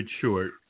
short